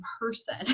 person